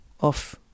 off